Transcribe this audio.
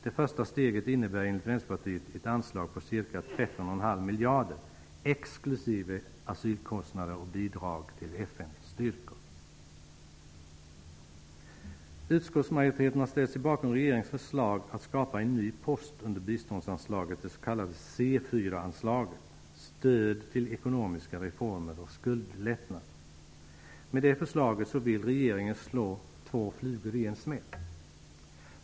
Det första steget innebär enligt Vänsterpartiet ett anslag på ca 13,5 miljarder exklusive asylkostnader och bidrag till FN-styrkor. Utskottsmajoriteten har ställt sig bakom regeringens förslag att skapa en ny post under biståndsanslaget, det s.k. C 4-anslaget, Stöd till ekonomiska reformer och skuldlättnad. Med det förslaget vill regeringen slå två flugor i en smäll.